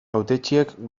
hautetsiek